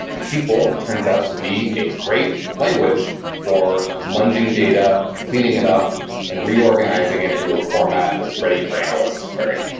and sql turns out to be a great language for managing data, cleaning it up and reorganizing it into a format that's ready for analysts to query.